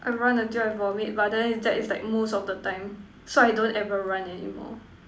I run until I vomit but then that is like most of the time so I don't ever run any more